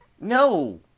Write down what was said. No